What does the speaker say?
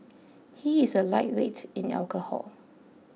he is a lightweight in alcohol